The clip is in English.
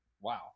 wow